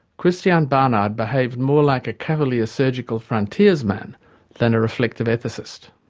christiaan barnard behaved more like a cavalier surgical frontiersman than a reflective ethicist.